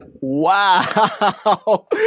Wow